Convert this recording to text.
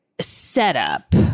setup